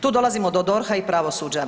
Tu dolazimo do DORH-a i pravosuđa.